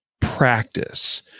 practice